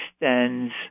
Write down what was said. extends